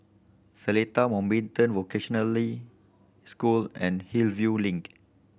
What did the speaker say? Seletar Mountbatten Vocationally School and Hillview Link